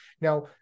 Now